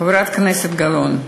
חברת כנסת גלאון,